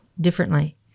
differently